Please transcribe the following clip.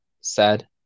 sad